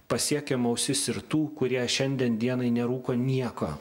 pasiekiam ausis ir tų kurie šiandien dienai nerūko nieko